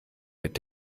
mit